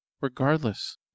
Regardless